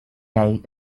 day